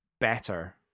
better